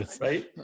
Right